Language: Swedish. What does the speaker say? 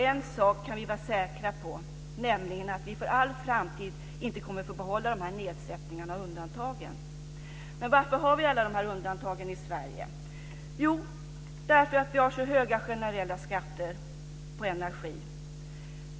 En sak kan vi vara säkra på, nämligen att vi inte kommer att få behålla nedsättningarna och undantagen för all framtid. Men varför har vi alla de här undantagen i Sverige? Jo, därför att vi har så höga generella skatter på energi.